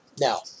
Now